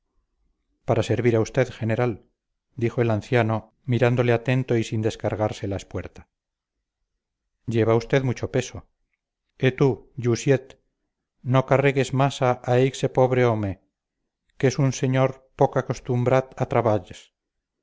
para servir a usted general dijo el anciano mirándole atento y sin descargarse la espuerta lleva usted mucho peso eh tú lleuiset no carregues masa a eixe pobre home qu es un señor poch acostumat a traballs